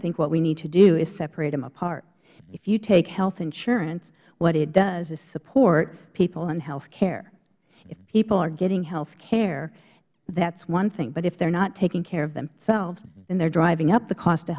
think what we need to do is separate them apart if you take health insurance what it does is support people in health care if people are getting health care that is one thing but if they are not taking care of themselves then they are driving up the cost of